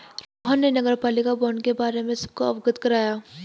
रोहन ने नगरपालिका बॉण्ड के बारे में सबको अवगत कराया